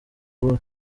ubuhe